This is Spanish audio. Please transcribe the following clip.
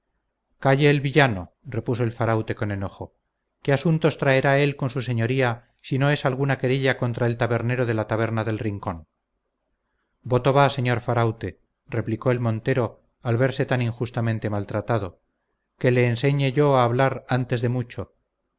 calle el villano repuso el faraute con enojo qué asuntos traerá él con su señoría si no es alguna querella contra el tabernero de la taberna del rincón voto va señor faraute replicó el montero al verse tan injustamente maltratado que le enseñe yo a hablar antes de mucho